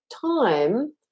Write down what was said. time